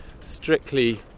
strictly